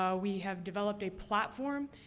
ah we have developed a platform,